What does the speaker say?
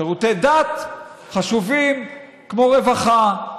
שירותי דת חשובים כמו רווחה,